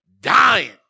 dying